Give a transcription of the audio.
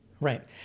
Right